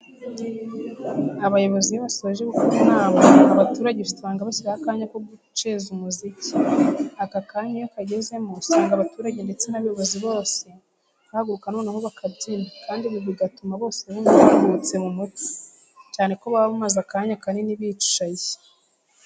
Abayobozi iyo basoje gukoresha inama abaturage usanga bashyiraho akanya ko guceka umuziki. Aka kanya iyo kagezemo usanga abaturage ndetse n'abayobozi bose bahaguruka noneho bakabyina kandi ibi bibagutuma bose bumva baruhutse mu mutwe, cyane ko baba bamaze akanya kanini bicaye.